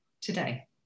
today